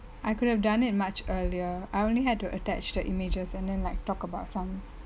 I could have done it much earlier I only had to attach the images and then like talk about some